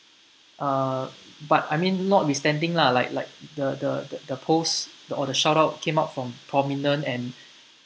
uh but I mean notwithstanding lah like like the the the post the or the shoutout came out from prominent and